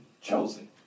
chosen